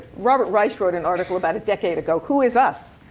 robert reich wrote an article about a decade ago, who is us?